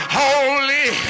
holy